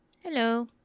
Hello